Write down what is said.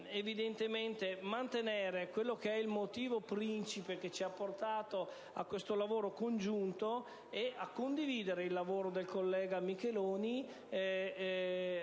pur tenendo conto del motivo principe che ci ha portato a questo lavoro congiunto e a condividere l'operato del collega Micheloni